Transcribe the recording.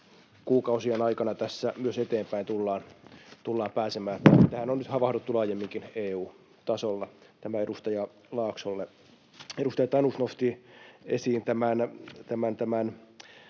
lähikuukausien aikana tässä myös eteenpäin tullaan pääsemään. Tähän on nyt havahduttu laajemminkin EU-tasolla. Tämä edustaja Laaksolle. Edustaja Tanus nosti esiin tämän,